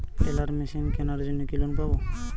Teller machine কেনার জন্য কি লোন পাব?